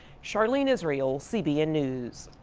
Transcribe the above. charlene israel, cbn news.